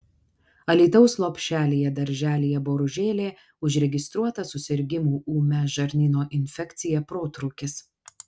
alytaus lopšelyje darželyje boružėlė užregistruotas susirgimų ūmia žarnyno infekcija protrūkis